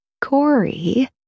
Corey